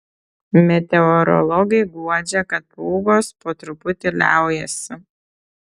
meteorologai guodžia kad pūgos po truputį liaujasi